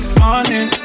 morning